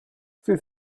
für